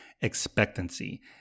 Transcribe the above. expectancy